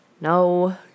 No